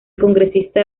congresista